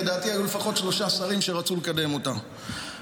לדעתי, היו לפחות שלושה שרים שרצו לקדם אותה.